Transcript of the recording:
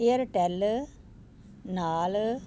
Airtel ਨਾਲ